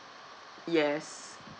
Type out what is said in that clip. yes